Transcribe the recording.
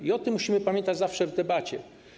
I o tym musimy pamiętać zawsze w debacie.